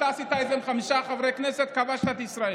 אתה עשית את זה עם חמישה חברי כנסת: כבשת את ישראל.